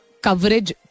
coverage